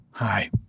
Hi